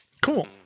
Cool